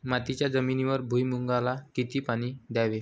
मातीच्या जमिनीवर भुईमूगाला किती पाणी द्यावे?